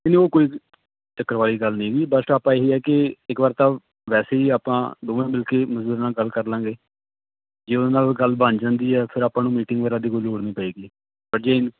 ਨਹੀਂ ਨਹੀਂ ਉਹ ਕੋਈ ਚੱਕਰ ਵਾਲੀ ਗੱਲ ਨਹੀਂ ਵੀ ਬੈਸਟ ਆਪਾਂ ਇਹ ਹੀ ਹੈ ਕਿ ਇੱਕ ਵਾਰ ਤਾਂ ਵੈਸੇ ਹੀ ਆਪਾਂ ਦੋਵੇਂ ਮਿਲ ਕੇ ਮਜ਼ਦੂਰ ਨਾਲ ਗੱਲ ਕਰ ਲਾਂਗੇ ਜੇ ਉਹਦੇ ਨਾਲ ਗੱਲ ਬਣ ਜਾਂਦੀ ਹੈ ਫਿਰ ਆਪਾਂ ਨੂੰ ਮੀਟਿੰਗ ਵਗੈਰਾ ਦੀ ਕੋਈ ਲੋੜ ਨਹੀਂ ਪਵੇਗੀ ਪਰ ਜੇ